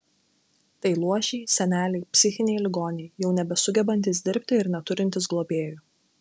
tai luošiai seneliai psichiniai ligoniai jau nebesugebantys dirbti ir neturintys globėjų